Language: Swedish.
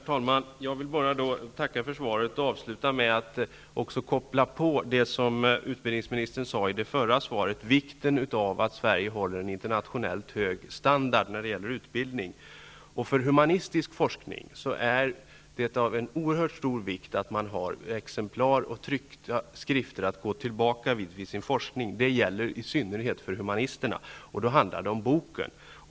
Herr talman! Jag vill bara tacka för svaret och avsluta med att koppla på det som utbildningsministern talade om i det förra frågesvaret, nämligen vikten av att Sverige håller en internationellt hög standard när det gäller utbildning. För humanistisk forskning är det av oerhört stor vikt att man har exemplar av tryckta skrifter att gå tillbaka till. Det gäller i synnerhet för humanisterna. Det handlar alltså om boken.